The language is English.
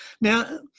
Now